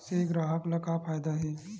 से ग्राहक ला का फ़ायदा हे?